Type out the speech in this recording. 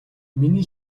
миний